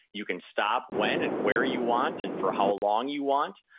you can stop when and where you want, and for how long you want.